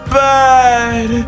bad